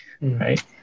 Right